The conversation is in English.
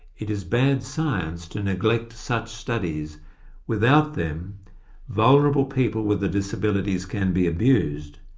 it is bad science to neglect such studies without them vulnerable people with the disabilities can be abused.